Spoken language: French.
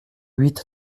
huit